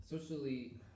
socially